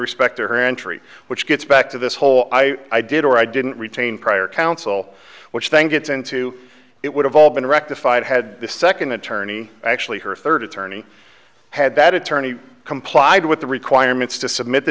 respect to her entry which gets back to this whole i i did or i didn't retain prior counsel which then gets into it would have all been rectified had the second attorney actually her third attorney had that attorney complied with the requirements to submit the